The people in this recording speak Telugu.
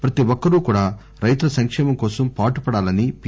ప్రతి ఒక్కరూ కూడా రైతుల సంకేమం కోసం పాటుపడాలని పి